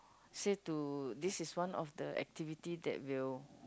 said to this is one of the activity that will